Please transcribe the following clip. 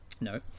no